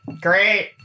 Great